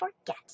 forget